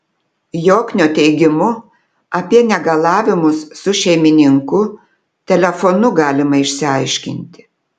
joknio teigimu apie negalavimus su šeimininku telefonu galima išsiaiškinti